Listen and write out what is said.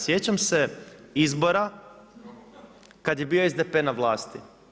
Sjećam se izbora kad je bio SDP na vlasti.